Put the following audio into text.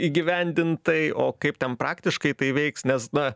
įgyvendin tai o kaip ten praktiškai tai veiks nes na